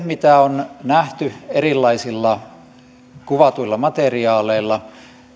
mitä on nähty erilaisilla kuvatuilla materiaaleilla